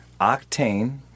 Octane